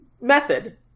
method